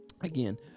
again